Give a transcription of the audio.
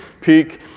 Peak